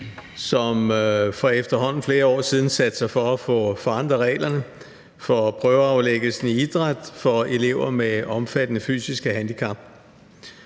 som for efterhånden flere år siden satte sig for at forandre reglerne for prøveaflæggelsen i idræt for elever med omfattende fysiske handicap.